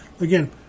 again